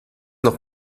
noch